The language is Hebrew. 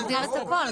נגדיר את הכל.